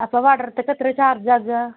അപ്പോൾ വാട്ടർത്ത്ക്ക് എത്രയ ചാർജാകാ